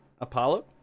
Apollo